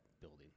building